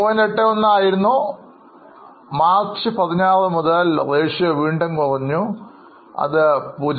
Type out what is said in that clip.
81 ആയിരുന്നു മാർച്ച് 16 മുതൽ അനുപാതം വീണ്ടും കുറഞ്ഞ അത് 0